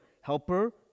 Helper